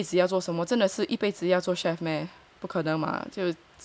对就是要想下一辈子要做什么真的是一辈子要做 chef meh 不可能嘛就